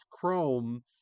chrome